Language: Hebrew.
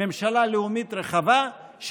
ממשלה לאומית רחבה,